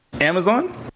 Amazon